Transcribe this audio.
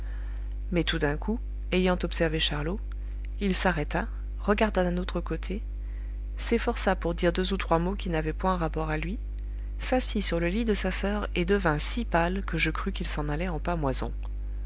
mais tout d'un coup ayant observé charlot il s'arrêta regarda d'un autre côté s'efforça pour dire deux ou trois mots qui n'avaient point rapport à lui s'assit sur le lit de sa soeur et devint si pâle que je crus qu'il s'en allait en pâmoison